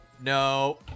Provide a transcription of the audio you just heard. no